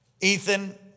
Ethan